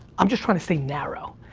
i'm just trying to stay narrow.